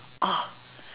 oh